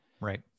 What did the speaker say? right